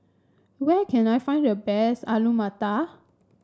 where can I find the best Alu Matar